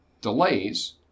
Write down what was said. delays